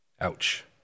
Ouch